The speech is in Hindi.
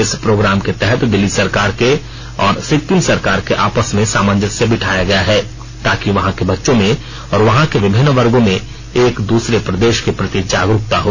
इस प्रोग्राम के तहत दिल्ली सरकार के और सिक्किम सरकार के आपस में सामंजस्य बिठाया गया ताकि वहां के बच्चों में और वहां के विभिन्न वर्गों में एक दूसरे प्रदेश के प्रति जागरूकता हो